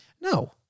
No